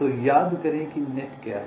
तो याद करें कि नेट क्या है